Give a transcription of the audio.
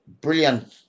Brilliant